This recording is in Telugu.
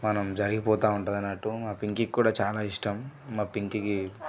మనం జరిగిపోతూ ఉంటుంది అన్నట్టు మా పింకీ కూడా చాలా ఇష్టం మా పింకీ